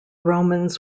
romans